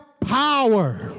power